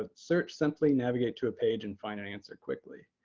ah search simply, navigate to a page, and find an answer quickly.